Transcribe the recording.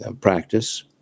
practice